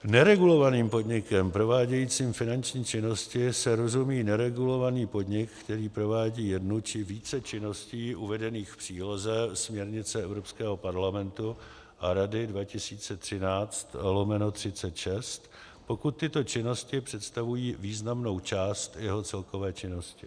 Neregulovaným podnikem provádějícím finanční činnosti se rozumí neregulovaný podnik, který provádí jednu či více činností uvedených v příloze směrnice Evropského parlamentu a Rady 2013/36, pokud tyto činnosti představují významnou část jeho celkové činnosti.